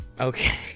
Okay